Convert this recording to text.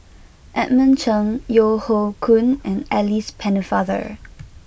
Edmund Cheng Yeo Hoe Koon and Alice Pennefather